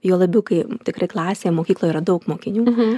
juo labiau kai tikrai klasėje mokykloje yra daug mokinių